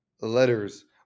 letters